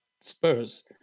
Spurs